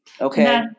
Okay